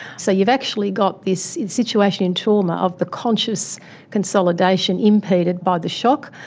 so you've actually got this situation in trauma of the conscious consolidation impeded by the shock,